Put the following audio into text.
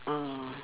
ah